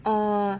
err